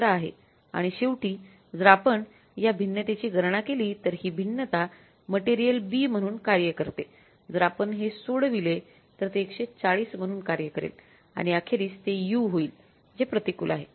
तर ही वास्तविक मात्रा आहे आणि शेवटी जर आपण या भिन्नतेची गणना केली तर ही भिन्नता मटेरियल B म्हणून कार्य करते जर आपण हे सोडविले तर ते 140 म्हणून कार्य करेल आणि अखेरीस ते U होईल जे प्रतिकूल आहे